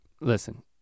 Listen